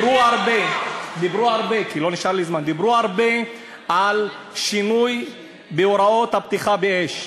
דיברו הרבה על שינוי הוראות הפתיחה באש.